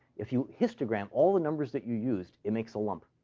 if you histogram all the numbers that you used, it makes a lump.